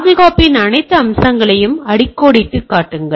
பாதுகாப்பின் அனைத்து அம்சங்களையும் அடிக்கோடிட்டுக் காட்டுங்கள்